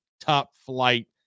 top-flight